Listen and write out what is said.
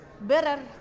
better